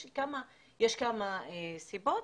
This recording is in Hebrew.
יש כמה סיבות.